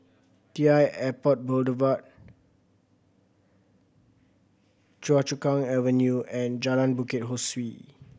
T I Airport Boulevard Choa Chu Kang Avenue and Jalan Bukit Ho Swee